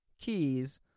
keys